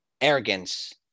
arrogance